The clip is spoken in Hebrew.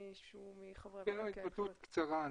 התבטאות קצרה.